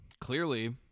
clearly